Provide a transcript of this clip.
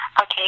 Okay